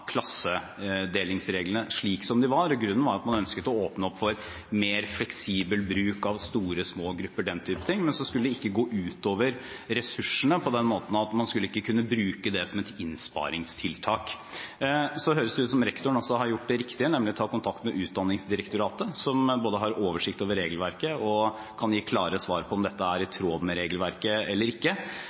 klassedelingsreglene slik som de var. Grunnen var at man ønsket å åpne opp for mer fleksibel bruk av store og små grupper og den slags, men så skulle det ikke gå ut over ressursene, på den måten at man ikke skulle kunne bruke det som et innsparingstiltak. Det høres også ut som rektoren har gjort det riktige, nemlig å ta kontakt med Utdanningsdirektoratet, som både har oversikt over regelverket og kan gi klare svar på om dette er i tråd med regelverket eller ikke.